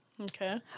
Okay